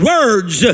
Words